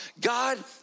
God